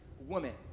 woman